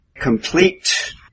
complete